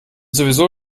sowieso